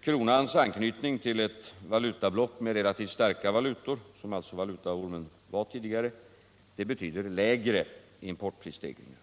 Kronans anknytning till ett valutablock med relativt starka valutor — som valutaormen alltså var tidigare — betyder lägre importprisstegringar.